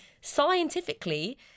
scientifically